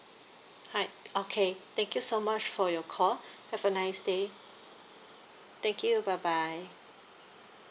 hi okay thank you so much for your call have a nice day thank you bye bye